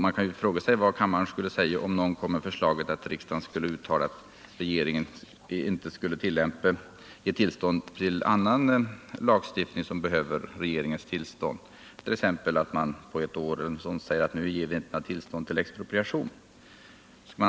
Man kan fråga sig vad kammaren skulle säga om någon kom med förslaget att riksdagen skulle uttala att regeringen inte skulle tillämpa annan lagstiftning som kräver regeringens tillstånd, t.ex. att man under ett år säger att man inte skall ge något tillstånd till expropriation.